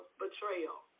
betrayal